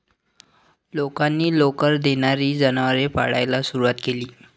लोकांनी लोकर देणारी जनावरे पाळायला सुरवात केली